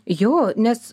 jo nes